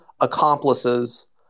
accomplices